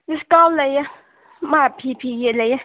discount ꯂꯩꯌꯦ ꯃꯥꯏ fee ꯐꯤꯒꯤ ꯂꯩꯌꯦ